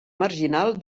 marginal